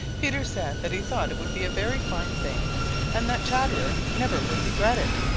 peter said that he thought it would be a very fine thing and that chatterer never would regret it.